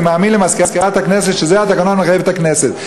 אני מאמין למזכירת הכנסת שזה מה שהתקנון מחייב את הכנסת.